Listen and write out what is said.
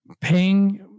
paying